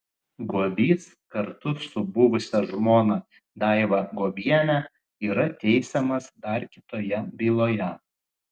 guobys kartu su buvusia žmona daiva guobiene yra teisiamas dar kitoje byloje